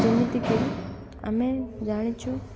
ଯେମିତିକି ଆମେ ଜାଣିଛୁ